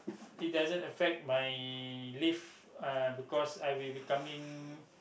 it doesn't affect my leave uh because I will be coming